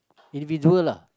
individual lah